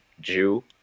Jew